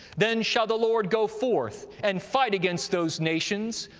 then shall the lord go forth, and fight against those nations,